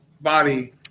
body